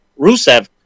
Rusev